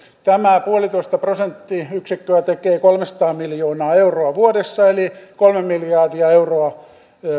tämä puolitoista prosenttiyksikköä tekee kolmesataa miljoonaa euroa vuodessa eli kolme miljardia euroa